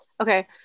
okay